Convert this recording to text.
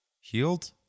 healed